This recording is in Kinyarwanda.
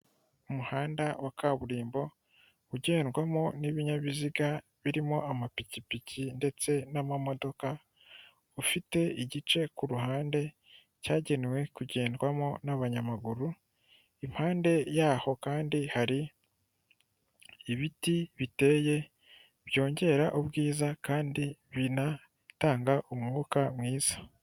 Umuhanda wa kaburimbo ugendwamo n'ibinyabiziga birimo amapikipiki ndetse n'amamodoka, ufite igice ku ruhande cyagenewe kugendwamo n'abanyamaguru, impande yaho kandi hari ibiti biteye, byongera ubwiza kandi binatanga umwuka mwiza.